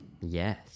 Yes